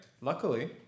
luckily